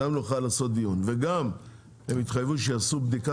גם נוכל לעשות דיון וגם הם התחייבו שיעשו בדיקה